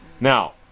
Now